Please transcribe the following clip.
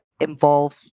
involve